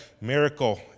miracle